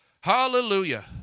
Hallelujah